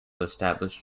established